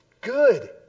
Good